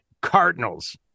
Cardinals